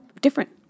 different